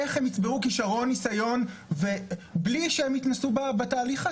איך הן יצברו כשרון ונסיון בלי שהן התנסו בתהליך הזה?